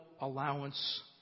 allowance